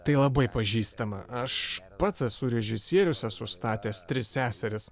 tai labai pažįstama aš pats esu režisierius esu statęs tris seseris